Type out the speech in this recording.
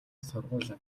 сургуулиа